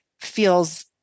feels